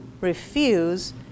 refuse